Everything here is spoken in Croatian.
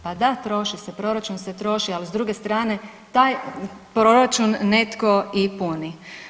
Pa da troši se, proračun se troši ali s druge strane taj proračun netko i puni.